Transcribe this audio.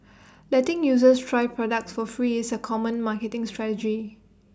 letting users try products for free is A common marketing strategy